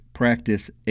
practice